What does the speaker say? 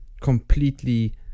completely